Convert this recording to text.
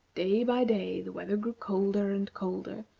day by day the weather grew colder and colder,